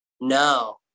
No